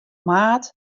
maart